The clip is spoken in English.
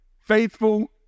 Faithful